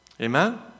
Amen